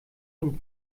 und